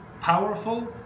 powerful